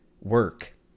work